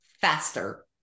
Faster